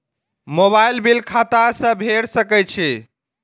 Mobile bill खाता से भेड़ सके छि?